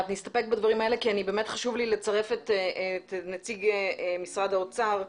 נסתפק בדברים האלה כי חשוב לי לצרף את נציג משרד האוצר,